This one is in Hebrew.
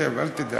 שב, אל תדאג.